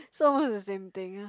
it's almost the same thing